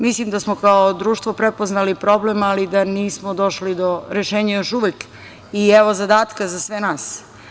Mislim da smo kao društvo prepoznali problem, ali da nismo došli do rešenja još uvek i evo, zadatka za sve nas.